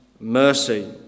mercy